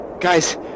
Guys